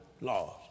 laws